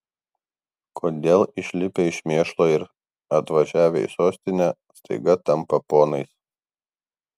kodėl išlipę iš mėšlo ir atvažiavę į sostinę staiga tampa ponais